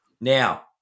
Now